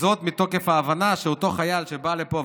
וזאת מתוקף ההבנה שאותו חייל שבא לפה,